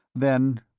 then